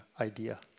idea